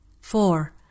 Four